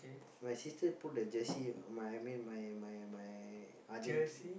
my sister put the jersey my I mean my my my Argent~